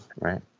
right